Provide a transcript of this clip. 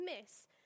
miss